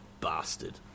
bastard